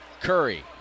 Curry